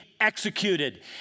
executed